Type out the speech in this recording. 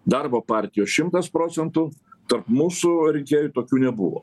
darbo partijos šimtas procentų tarp mūsų rinkėjų tokių nebuvo